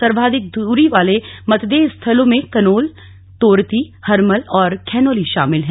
सर्वाधिक दूरी वाले मतदेय स्थलों में कनोल तोरती हरमल और खैनोली शामिल हैं